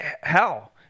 hell